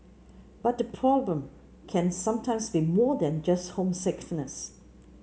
but the problem can sometimes be more than just homesickness